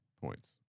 points